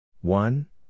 One